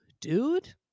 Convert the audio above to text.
dude